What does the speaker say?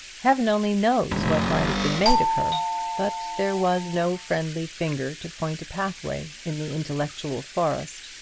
heaven only knows what might have been made of her but there was no friendly finger to point a pathway in the intellectual forest,